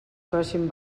facin